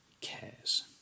cares